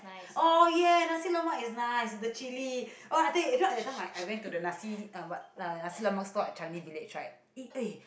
oh ya nasi-lemak is nice with chilli oh I take you know at that time I went to the nasi uh what nasi-lemak stall at Changi-Village right it eh